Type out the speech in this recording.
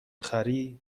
خری